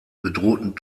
bedrohten